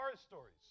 stories